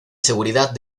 seguridad